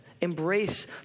embrace